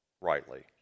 rightly